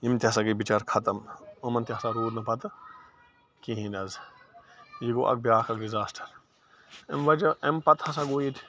یِم تہِ ہَسا گٔے بِچار ختم یِمَن تہِ ہَسا روٗد نہٕ پَتہٕ کِہیٖنۍ نَہ حظ یہِ گوٚو اَکھ بیٛاکھ اَکھ ڈِزاسٹَر اَمہِ وَجہ اَمہِ پَتہٕ ہَسا گوٚو ییٚتہِ